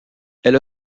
elle